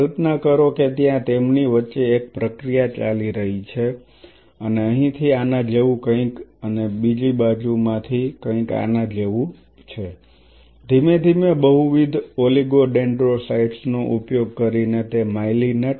કલ્પના કરો કે ત્યાં તેમની વચ્ચે એક પ્રક્રિયા ચાલી રહી છે અને અહીંથી આના જેવું કંઈક અને બીજી બાજુ માંથી કંઈક આના જેવું છે ધીમે ધીમે બહુવિધ ઓલિગોડેન્ડ્રોસાયટ્સ નો ઉપયોગ કરીને તે માઇલિનેટ થશે